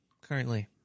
currently